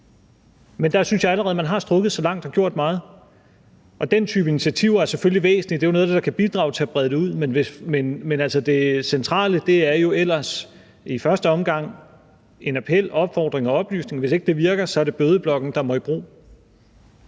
Men der synes jeg allerede, man har trukket sig langt og gjort meget. Den type initiativer er selvfølgelig væsentlige. Det er noget af det, der kan bidrage til at brede det ud, men det centrale er ellers i første omgang en appel og opfordring samt oplysninger, og hvis det ikke virker, er det bødeblokken, der må i brug.